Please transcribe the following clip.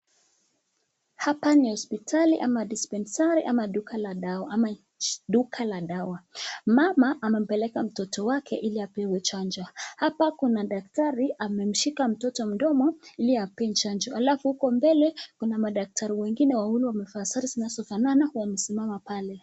Hapa ni hospitali, ama dispensary ama duka la dawa. Mama amempeleka mtoto wake ili apewe chanjo, hapa Kuna daktari amemshika mtoto mdomo Ili ampe chanjo. Alafu uko mbele kuna madaktari wengine wawili wamevaa sare zinazo fanana wamesimama pale.